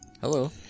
Hello